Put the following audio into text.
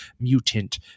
mutant